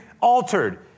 altered